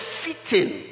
fitting